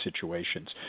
situations